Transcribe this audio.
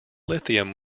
lithium